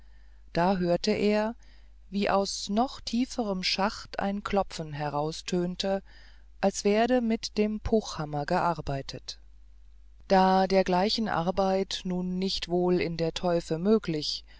da hörte er wie aus noch tieferm schacht ein klopfen heraustönte als werde mit dem puchhammer gearbeitet da dergleichen arbeit nun nicht wohl in der teufe möglich